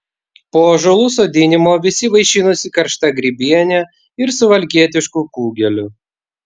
po ąžuolų sodinimo visi vaišinosi karšta grybiene ir suvalkietišku kugeliu